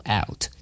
out